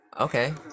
Okay